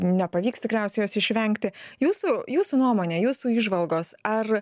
nepavyks tikriausiai jos išvengti jūsų jūsų nuomone jūsų įžvalgos ar